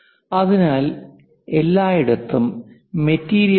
അതിനാൽ എല്ലായിടത്തും മെറ്റീരിയൽ ഉണ്ട്